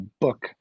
book